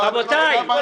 חברי הוועדה,